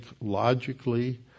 logically